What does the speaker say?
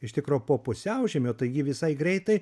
iš tikro po pusiaužiemio taigi visai greitai